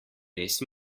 res